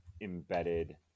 embedded